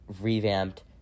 revamped